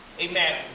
Amen